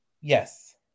Yes